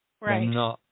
Right